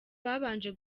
babanje